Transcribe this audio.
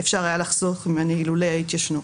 אפשר היה לחסוך ממני לולא התיישנות.